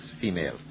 female